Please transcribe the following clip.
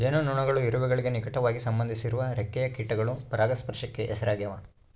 ಜೇನುನೊಣಗಳು ಇರುವೆಗಳಿಗೆ ನಿಕಟವಾಗಿ ಸಂಬಂಧಿಸಿರುವ ರೆಕ್ಕೆಯ ಕೀಟಗಳು ಪರಾಗಸ್ಪರ್ಶಕ್ಕೆ ಹೆಸರಾಗ್ಯಾವ